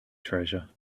treasure